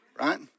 right